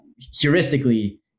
heuristically